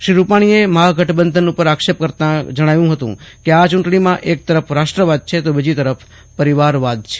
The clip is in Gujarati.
શ્રી રૂપાણીએ મહાગઠબંધન ઉપર આક્ષેપ કરતાં જણાવ્યું હતું કે આ ચૂંટણીમાં એક તરફ રાષ્ટ્રવાદ છે તો બીજી તરફ પરિવારવાદ છે